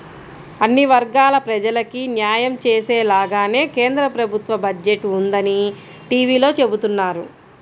అన్ని వర్గాల ప్రజలకీ న్యాయం చేసేలాగానే కేంద్ర ప్రభుత్వ బడ్జెట్ ఉందని టీవీలో చెబుతున్నారు